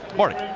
marty?